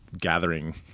Gathering